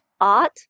art